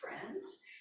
friends